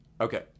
okay